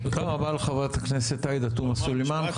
תודה רבה לחברת הכנסת עאידה תומא סלימאן,